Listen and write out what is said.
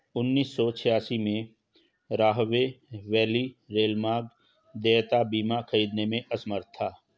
उन्नीस सौ छियासी में, राहवे वैली रेलमार्ग देयता बीमा खरीदने में असमर्थ था